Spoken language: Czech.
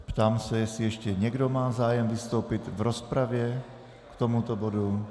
Ptám se, jestli ještě někdo má zájem vystoupit v rozpravě k tomuto bodu.